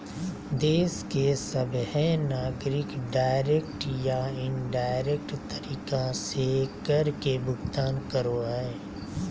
देश के सभहे नागरिक डायरेक्ट या इनडायरेक्ट तरीका से कर के भुगतान करो हय